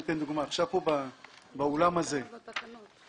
אציג דוגמה: באולם הזה